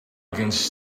against